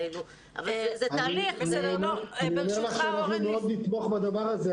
אני עונה שאנחנו מאוד נתמוך בדבר הזה,